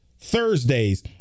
Thursdays